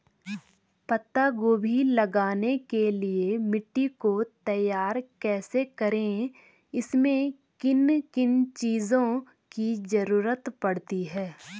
पत्ता गोभी लगाने के लिए मिट्टी को तैयार कैसे करें इसमें किन किन चीज़ों की जरूरत पड़ती है?